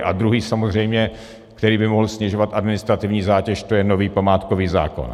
A druhý samozřejmě, který by mohl snižovat administrativní zátěž, to je nový památkový zákon.